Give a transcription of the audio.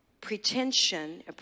pretension